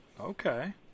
okay